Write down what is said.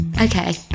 Okay